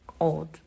old